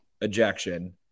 ejection